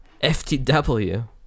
FTW